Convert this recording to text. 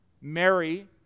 Mary